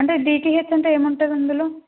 అంటే డిటిహెచ్ అంటే ఏముంటుంది అందులో